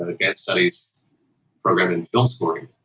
ah guest studies program in film scoring,